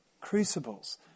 Crucibles